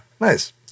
Nice